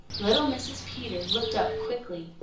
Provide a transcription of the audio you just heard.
little mrs. peter looked up quickly.